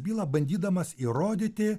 bylą bandydamas įrodyti